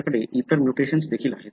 तुमच्याकडे इतर म्युटेशन्स देखील आहेत